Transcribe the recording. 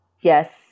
yes